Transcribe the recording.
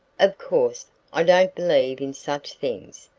of course, i don't believe in such things,